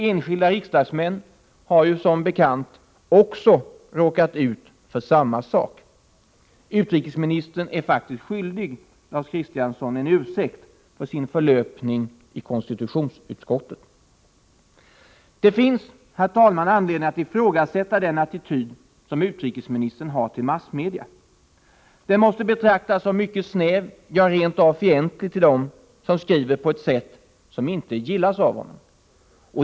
Enskilda riksdagsmän har ju som bekant också råkat ut för samma sak. Utrikesministern är faktiskt skyldig Lars Christiansson en ursäkt för sin förlöpning i konstitutionsutskottet. Det finns, fru talman, anledning att ifrågasätta den attityd som utrikesministern har till massmedia. Den måste betraktas som mycket snäv, ja, rent av fientlig till dem som skriver på ett sätt som inte gillas av honom.